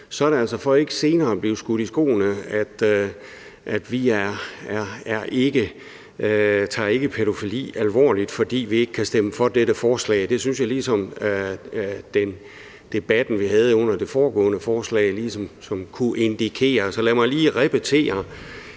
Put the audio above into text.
er det altså for ikke senere at blive skudt i skoene, at vi ikke tager pædofili alvorligt, fordi vi ikke kan stemme for dette forslag. Det synes jeg debatten, vi havde under det foregående forslag, ligesom kunne indikere. Så lad mig lige repetere,